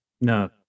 No